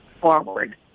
forward